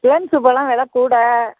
plums பழம் வெலை கூட